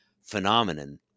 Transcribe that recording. phenomenon